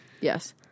yes